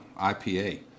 IPA